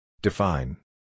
Define